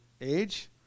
age